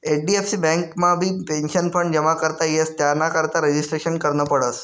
HDFC बँकमाबी pension fund जमा करता येस त्यानाकरता रजिस्ट्रेशन करनं पडस